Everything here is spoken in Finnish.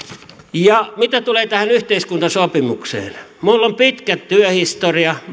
mitä tulee tähän yhteiskuntasopimukseen minulla on pitkä työhistoria